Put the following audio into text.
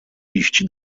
iść